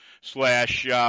slash –